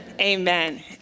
amen